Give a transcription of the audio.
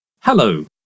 Hello